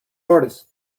artist